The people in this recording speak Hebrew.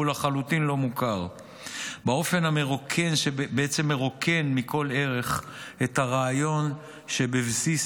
הוא לחלוטין לא מוכר באופן שמרוקן מכל ערך את הרעיון שבבסיס